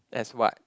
as what